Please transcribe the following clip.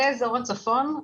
זה אזור הצפון,